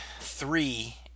three